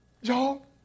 Y'all